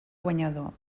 guanyador